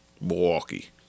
Milwaukee